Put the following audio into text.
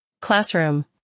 classroom